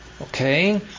Okay